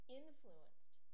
influenced